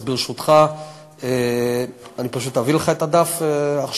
אז, ברשותך, אני פשוט אביא לך את הדף עכשיו